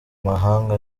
mahanga